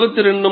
22